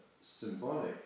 symbolic